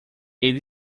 ele